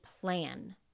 plan